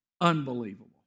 Unbelievable